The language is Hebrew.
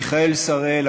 מיכאל שראל,